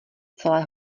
celé